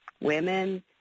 women